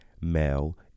male